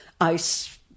ice